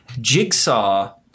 Jigsaw